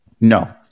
No